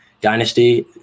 Dynasty